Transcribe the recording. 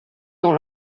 dans